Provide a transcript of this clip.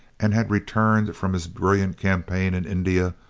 and had returned from his brilliant campaign in india,